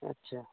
আচ্ছা